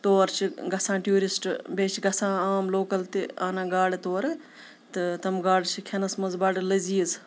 تور چھِ گژھان ٹیوٗرِسٹ بیٚیہِ چھِ گَژھان عام لوکَل تہِ اَنان گاڈٕ تورٕ تہٕ تٕم گاڈٕ چھِ کھٮ۪نَس منٛز بَڑٕ لٔزیٖز